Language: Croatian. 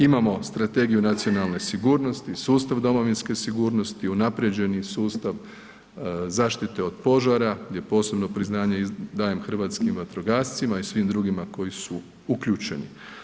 Imamo strategiju nacionalne sigurnosti, sustav domovinske sigurnosti unaprjeđeni sustav od zaštite od požara, gdje posebno priznanje dajem hrvatskim vatrogascima i svim drugima koji su uključeni.